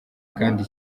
kandi